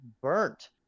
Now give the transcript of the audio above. burnt